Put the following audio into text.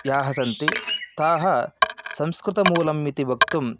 याः सन्ति ताः संस्कृतमूलाः इति वक्तुं